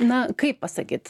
na kaip pasakyt